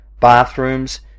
bathrooms